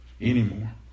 Anymore